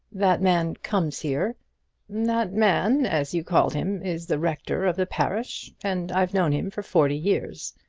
that man comes here that man, as you call him, is the rector of the parish, and i've known him for forty years.